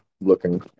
looking